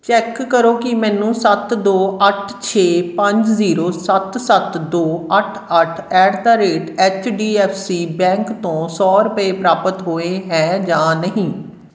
check ਕਰੋ ਕਿ ਮੈਨੂੰ ਸੱਤ ਦੋ ਅੱਠ ਛੇ ਪੰਜ ਜ਼ੀਰੋ ਸੱਤ ਸੱਤ ਦੋ ਅੱਠ ਅੱਠ ਐਟ ਦਾ rate H D F C bank ਤੋਂ ਸੌ ਰੁਪਏ ਪ੍ਰਾਪਤ ਹੋਏ ਹੈ ਜਾਂ ਨਹੀਂ